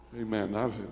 Amen